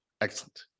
Excellent